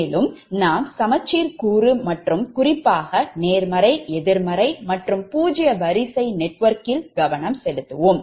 மேலும் நாம் சமச்சீர் கூறு மற்றும் குறிப்பாக நேர்மறை எதிர்மறை மற்றும் பூஜ்ஜிய வரிசை நெட்வொர்க்கில் கவனம் செலுத்துவோம்